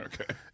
Okay